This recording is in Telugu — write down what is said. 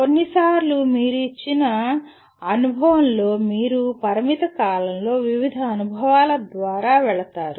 కొన్నిసార్లు మీరు ఇచ్చిన అనుభవంలో మీరు పరిమిత కాలంలో వివిధ అనుభవాల ద్వారా వెళతారు